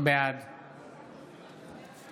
בעד